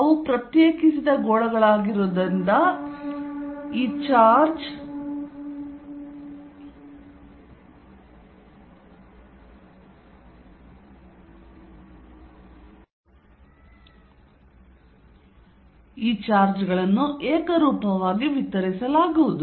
ಅವು ಪ್ರತ್ಯೇಕಿಸಿದ ಗೋಳಗಳಾಗಿರುವುದರಿಂದ ಈ ಚಾರ್ಜ್ಗಳನ್ನು ಏಕರೂಪವಾಗಿ ವಿತರಿಸಲಾಗುವುದು